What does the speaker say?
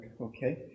Okay